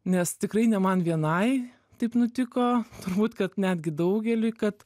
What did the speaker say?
nes tikrai ne man vienai taip nutiko turbūt kad netgi daugeliui kad